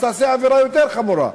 אז תעשה עבירה יותר חמורה,